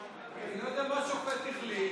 אני לא יודע מה השופט החליט,